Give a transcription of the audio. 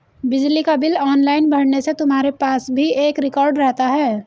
बिजली का bill online भरने से तुम्हारे पास भी एक रिकॉर्ड रहता है